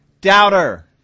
doubter